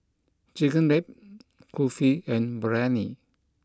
Chigenabe Kulfi and Biryani